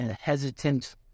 hesitant